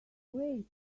wait